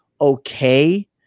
okay